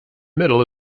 middle